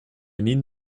need